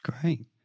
great